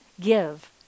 give